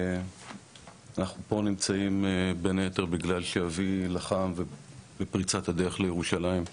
אנחנו פה נמצאים בין היתר בגלל שאבי לחם בפריצת הדרך לירושלים,